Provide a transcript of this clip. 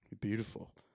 Beautiful